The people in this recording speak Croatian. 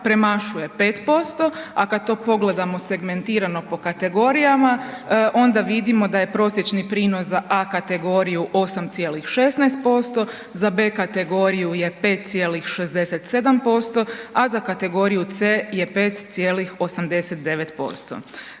premašuje 5%, a kad to pogledamo segmentirano po kategorijama onda vidimo da je prosječni prinos za A kategoriju 8,16%, za B kategoriju je 5,67%, a za kategoriju C je 5,89%.